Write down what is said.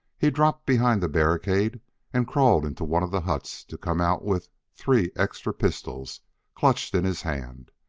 he dropped behind the barricade and crawled into one of the huts to come out with three extra pistols clutched in his hand.